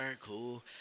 cool